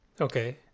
Okay